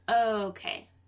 Okay